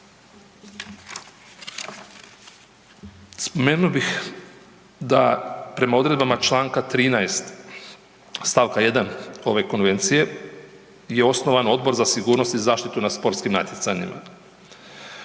Spomenuo bih da prema odredbama čl. 13. st. 1 ove Konvencije je osnovan Odbor za sigurnost i zaštitu na sportskim natjecanjima.